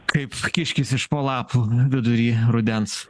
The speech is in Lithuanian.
kaip kiškis iš po lapų vidury rudens